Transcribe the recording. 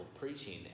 preaching